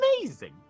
Amazing